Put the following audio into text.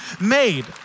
made